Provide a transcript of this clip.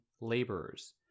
laborers